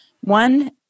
one